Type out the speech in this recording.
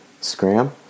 Scram